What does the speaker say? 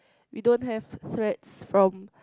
we don't have threat from